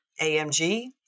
AMG